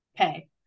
Okay